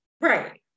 Right